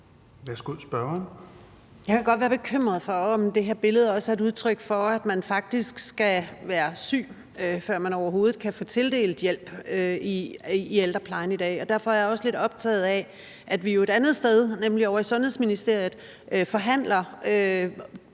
Jeg kan godt være bekymret for, om det her billede også er et udtryk for, at man faktisk skal være syg, før man overhovedet kan få tildelt hjælp i ældreplejen i dag. Derfor er jeg også lidt optaget af, at vi jo et andet sted, nemlig ovre i Sundhedsministeriet, forhandler